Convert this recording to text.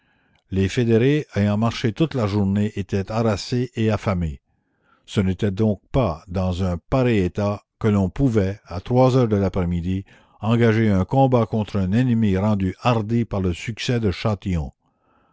les fédérés ayant marché toute la journée étaient harassés et affamés ce n'était donc pas dans un pareil état que l'on pouvait à trois heures de l'après-midi engager un combat contre un ennemi rendu hardi par le succès de châtillon